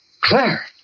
Claire